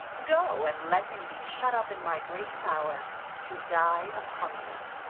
go, and let him be shut up in my great tower to die of hunger.